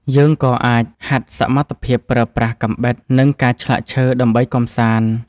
យើងក៏អាចហាត់សមត្ថភាពប្រើប្រាស់កាំបិត និងការឆ្លាក់ឈើដើម្បីកម្សាន្ត។